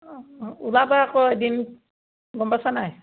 অঁ ওলাবা আকৌ এদিন গম পাইছা নাই